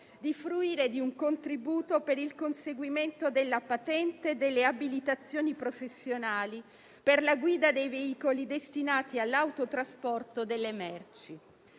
di fruire di un contributo per il conseguimento della patente e delle abilitazioni professionali per la guida dei veicoli destinati all'autotrasporto delle merci.